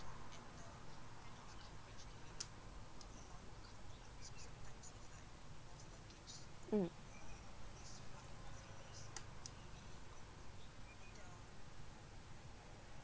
mm